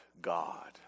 God